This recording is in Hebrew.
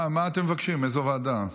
מה אתם מבקשים, לאיזו ועדה?